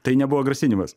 tai nebuvo grasinimas